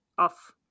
off